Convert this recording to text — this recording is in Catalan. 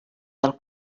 del